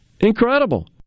Incredible